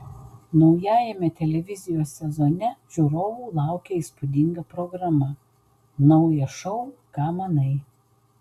naujajame televizijos sezone žiūrovų laukia įspūdinga programa naujas šou ką manai